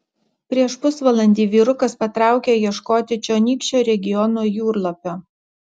prieš pusvalandį vyrukas patraukė ieškoti čionykščio regiono jūrlapio